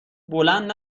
بلند